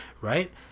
Right